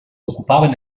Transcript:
ocupaven